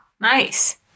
Nice